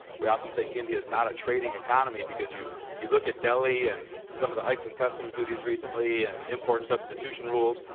we often think india's not a trading economy because you you look at delhi and some of the hikes and customs duties recently and important substitution rules.